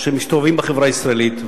שמסתובבים בחברה הישראלית,